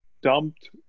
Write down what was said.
dumped